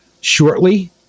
shortly